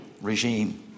regime